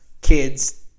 kids